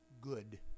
good